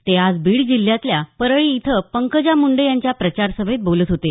ते आज बीड जिल्ह्यातील परळी इथं पंकजा मुंडे यांच्या प्रचार सभेत बोलत होते